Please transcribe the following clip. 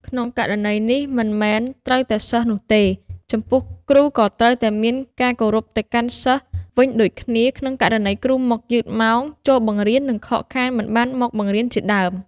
ក្នុងករណីនេះមិនមែនត្រូវតែសិស្សនោះទេ ចំពោះគ្រូក៏ត្រូវតែមានការគោរពទៅកាន់សិស្សវិញដូចគ្នាក្នុងករណីគ្រូមកយឺតម៉ោងចូលបង្រៀន និងខកខានមិនបានមកបង្រៀនជាដើម។